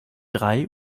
drei